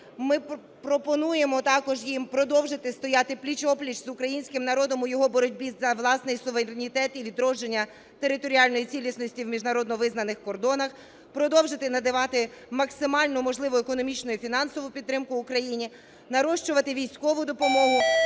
Ми пропонуємо також їм продовжити стояти пліч-о-пліч з українським народом у його боротьбі за власний суверенітет і відродження територіальної цілісності в міжнародно визнаних кордонах, продовжити надавати максимально можливу економічну і фінансову підтримку Україні, нарощувати військову допомогу